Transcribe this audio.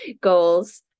goals